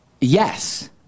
yes